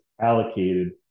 allocated